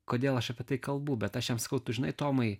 kodėl aš apie tai kalbu bet aš jam sakau tu žinai tomai